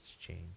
change